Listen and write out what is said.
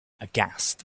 aghast